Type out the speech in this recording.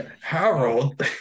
Harold